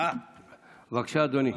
בבקשה, אדוני.